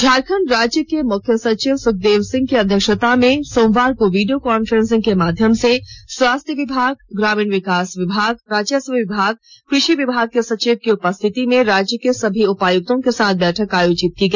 झारखंड राज्य के मुख्य सचिव सुखदेव सिंह की अध्यक्षता में कल वीडियो कॉन्फ्रेंसिंग के माध्यम से स्वास्थ्य विभाग ग्रामीण विकास विभाग राजस्व विभाग कृषि विभाग के सचिव की उपस्थिति में राज्य के सभी उपायुक्तों के साथ बैठक आयोजित किया गया